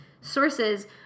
sources